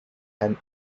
and